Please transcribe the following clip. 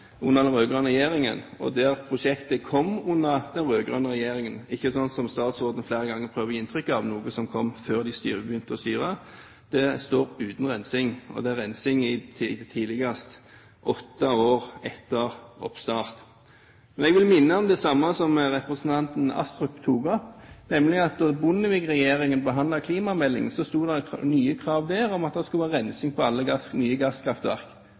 under den rød-grønne regjeringen – det prosjektet kom under den rød-grønne regjeringen og ikke slik statsråden flere ganger har prøvd å gi inntrykk av, at det kom før de begynte å styre – står uten rensing. Og det blir rensing tidligst åtte år etter oppstart. Jeg vil minne om det samme som representanten Astrup tok opp, nemlig at da Bondevik-regjeringen fremmet klimameldingen, sto det nye krav der om at det skulle være rensing på alle nye gasskraftverk